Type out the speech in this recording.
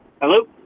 Hello